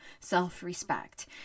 self-respect